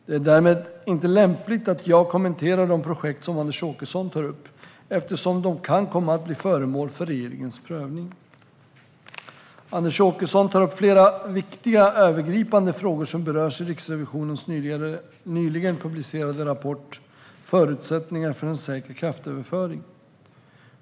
Det är därmed inte lämpligt att jag kommenterar de projekt som Anders Åkesson tar upp, eftersom de kan komma bli föremål för regeringens prövning. Anders Åkesson tar upp flera viktiga övergripande frågor som berörs i Riksrevisionens nyligen publicerade rapport Förutsättningar för en säker kraftöverföring .